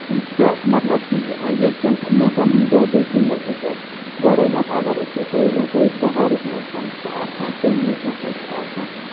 پٮ۪ٹھ مطلب کہِ ییٚتہِ کٮ۪ن لُکَن ہنٛدۍ دۄہ دِش زِندگی پٮ۪ٹھ گۄڈٕنیٚتھ اَگر أسۍ وُچھو ییٚلہِ ہسا ییٚتہِ بَہارُک موسَم چھُ آسان تَمہِ وِز ہسا چھُ آسان